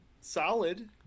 solid